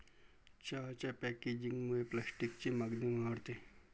चहाच्या पॅकेजिंगमुळे प्लास्टिकची मागणी वाढते